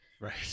Right